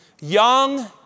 Young